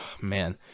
Man